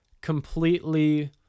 completely